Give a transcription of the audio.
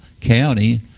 county